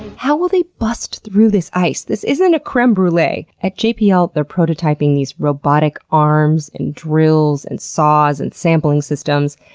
how will they bust through this ice? this isn't a creme brulee. at jpl they're prototyping these robotic arms and drills and saws and sampling systems,